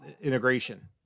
integration